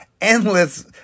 endless